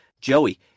Joey